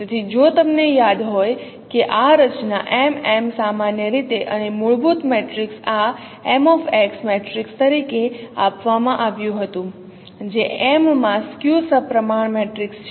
તેથી જો તમને યાદ હોય કે આ રચના M | m સામાન્ય રીતે અને મૂળભૂત મેટ્રિક્સ આ મેટ્રિક્સ તરીકે આપવામાં આવ્યું હતું જે M માં સ્ક્વ સપ્રમાણ મેટ્રિક્સ છે